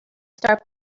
start